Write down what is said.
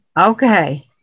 Okay